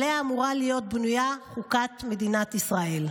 עליה אמורה להיות בנויה חוקת מדינת ישראל.